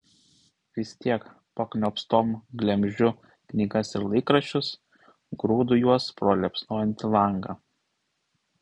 vis tiek pakniopstom glemžiu knygas ir laikraščius grūdu juos pro liepsnojantį langą